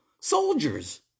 soldiers